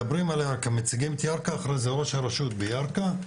מציגים את ירכא, אחרי זה ראש הרשות בירכא,